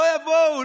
לא יבואו,